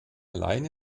allein